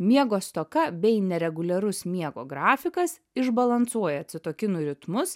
miego stoka bei nereguliarus miego grafikas išbalansuoja citokinų ritmus